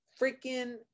freaking